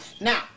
Now